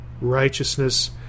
righteousness